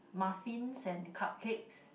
muffins and cupcakes